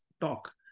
talk